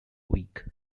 week